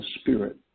spirit